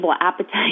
appetite